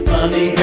Money